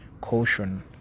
caution